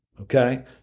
okay